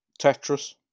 Tetris